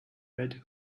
red